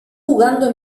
jugando